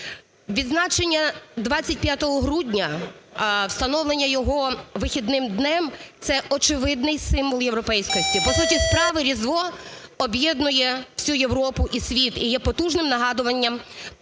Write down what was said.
Відзначення 25 грудня, встановлення його вихідним днем – це очевидний символ європейськості. По суті справи Різдво об'єднує всю Європу і світ, і є потужним нагадуванням